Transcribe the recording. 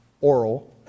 oral